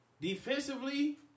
Defensively